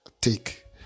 take